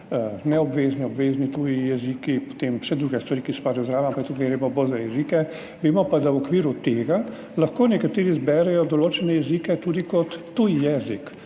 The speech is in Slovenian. neobvezni, obvezni tuji jeziki, potem vse druge stvari, ki spadajo zraven, ampak tukaj gre pa bolj za jezike. Vemo pa, da v okviru tega lahko nekateri izberejo določene jezike tudi kot tuji jezik.